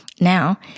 now